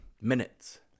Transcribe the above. minutes